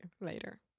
later